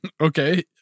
okay